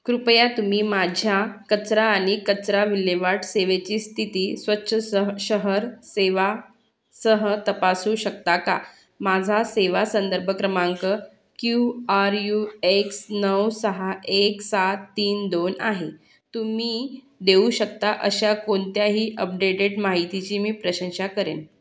कृपया तुम्ही माझ्या कचरा आणि कचरा विल्हेवाट सेवेची स्थिती स्वच्छ सह शहर सेवासह तपासू शकता का माझा सेवा संदर्भ क्रमांक क्यू आर यू एक्स नऊ सहा एक सात तीन दोन आहे तुम्ही देऊ शकता अशा कोणत्याही अपडेटेड माहितीची मी प्रशंसा करेन